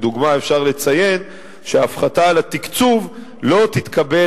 לדוגמה אפשר לציין שההחלטה על הפחתת התקצוב לא תתקבל